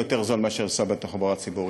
יותר זול מאשר לנסוע בתחבורה הציבורית.